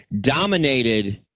dominated